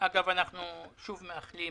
אגב, אנחנו שוב מאחלים